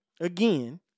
again